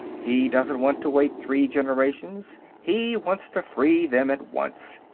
he doesn't want to wait three generations he wants to free them at once.